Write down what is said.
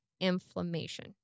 inflammation